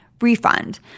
Refund